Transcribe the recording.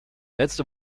letzte